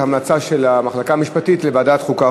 ההמלצה של המחלקה המשפטית היא לוועדת החוקה,